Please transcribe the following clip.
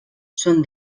són